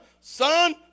Son